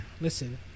Listen